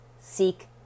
Seek